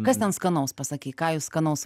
kas ten skanaus pasakyk ką jūs skanaus